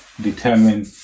determine